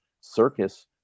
circus